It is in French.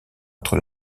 entre